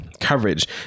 coverage